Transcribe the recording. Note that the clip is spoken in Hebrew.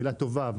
מילה טובה,